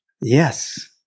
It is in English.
Yes